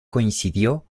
coincidió